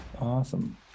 Awesome